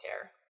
care